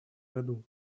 году